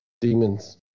demons